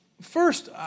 First